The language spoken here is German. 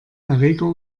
erreger